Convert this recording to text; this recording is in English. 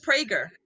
Prager